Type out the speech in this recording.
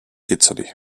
italy